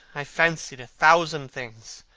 i fancied a thousand things.